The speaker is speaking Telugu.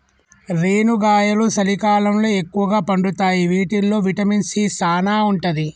రేనుగాయలు సలికాలంలో ఎక్కుగా పండుతాయి వీటిల్లో విటమిన్ సీ సానా ఉంటది